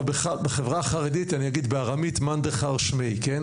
ובחברה החרדית, אני אגיד בארמית: "--- שמייקן"